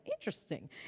Interesting